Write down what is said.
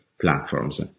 platforms